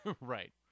Right